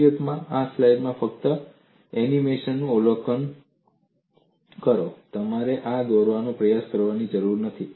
હકીકતમાં આ સ્લાઇડમાં ફક્ત એનિમેશન નું અવલોકન કરો તમારે આ દોરવાનો પ્રયાસ કરવાની જરૂર નથી